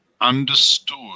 understood